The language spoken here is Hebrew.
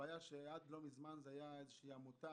הבעיה, שעד לא מזמן זו הייתה איזו עמותה